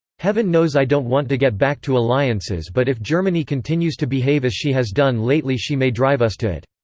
heaven knows i don't want to get back to alliances but if germany continues to behave as she has done lately she may drive us to it.